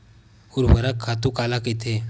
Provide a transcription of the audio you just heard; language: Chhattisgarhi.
ऊर्वरक खातु काला कहिथे?